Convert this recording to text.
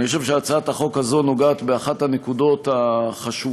אני חושב שהצעת החוק הזו נוגעת באחת הנקודות החשובות